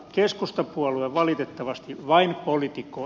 keskustapuolue valitettavasti vain politikoi